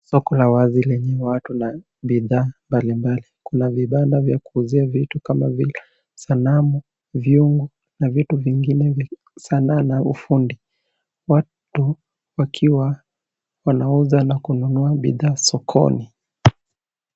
Soko la wazi lenye watu na bidhaa mbalimbali. Kuna vibanda vya kuuzia vitu kama vile sanamu, vyungu na vitu vingine vya sanaa na ufundi, watu wakiwa wanauza na kununua bidhaa sokoni.